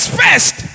first